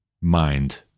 mind